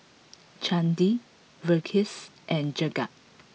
Chandi Verghese and Jagat